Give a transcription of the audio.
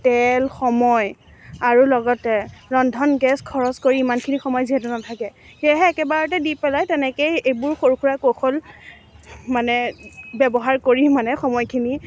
তেল সময় আৰু লগতে ৰন্ধন গেছ খৰচ কৰি ইমানখিনি সময় যিহেতু নাথাকে সেয়েহে একেবাৰতে দি পেলাই তেনেকেই এইবোৰ সৰু সুৰা কৌশল মানে ব্যৱহাৰ কৰি মানে সময়খিনি